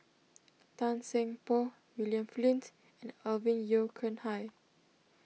Tan Seng Poh William Flint and Alvin Yeo Khirn Hai